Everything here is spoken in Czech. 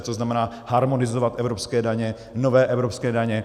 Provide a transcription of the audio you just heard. To znamená harmonizovat evropské daně, nové evropské daně.